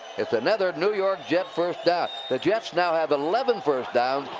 it's another new york jet first down. the jets now have eleven first downs,